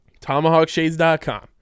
TomahawkShades.com